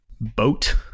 Boat